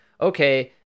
okay